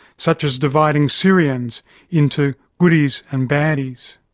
such as dividing syrians into goodies and baddies.